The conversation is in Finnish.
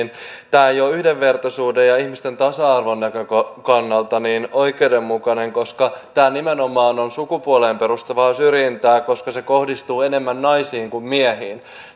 ei ole yhdenvertaisuuden ja ihmisten tasa arvon näkökannalta oikeudenmukainen koska tämä nimenomaan on sukupuoleen perustuvaa syrjintää koska se kohdistuu enemmän naisiin kuin miehiin